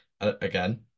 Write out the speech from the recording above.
again